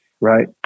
right